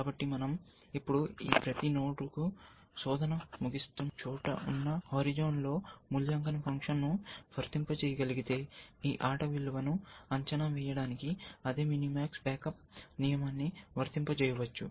కాబట్టి మనం ఇప్పుడు ఈ ప్రతి నోడ్లకు శోధన ముగుస్తున్న చోట ఉన్న హోరిజోన్లో మూల్యాంకన ఫంక్షన్ను వర్తింపజేయగలిగితే ఈ ఆట విలువను అంచనా వేయడానికి అదే మినిమాక్స్ బ్యాకప్ నియమాన్ని వర్తింపజేయవచ్చు